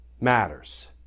matters